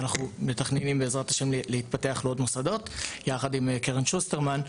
ואנחנו מתכננים להתפתח לעוד מוסדות יחד עם קרן שוסטרמן,